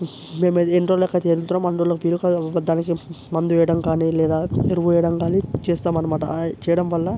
మేము ఎన్నిరోజులకైతే వెళ్తున్నామో అన్ని రోజులకి బీరకాయ ఒకదానికి మందు వేయడంకాని లేదా ఎరువువేయడంకాని చేస్తామన్నమాట ఆ చేయడంవల్ల